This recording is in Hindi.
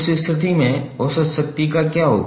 उस स्थिति में औसत शक्ति का क्या होगा